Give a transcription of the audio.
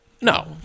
No